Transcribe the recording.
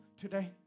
today